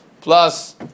Plus